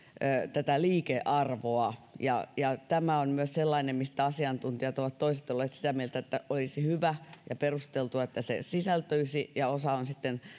myöskään liikearvoa tämä on myös sellainen mistä toiset asiantuntijat ovat olleet sitä mieltä että olisi hyvä ja perusteltua että se sisältyisi ja osa on sitten